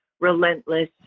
relentless